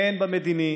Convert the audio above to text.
הן המדיני,